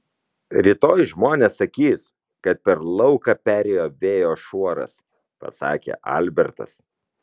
rytoj žmonės sakys kad per lauką perėjo vėjo šuoras pasakė albertas